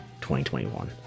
2021